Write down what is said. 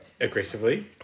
aggressively